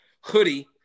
hoodie